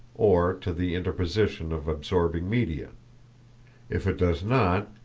or to the interposition of absorbing media if it does not,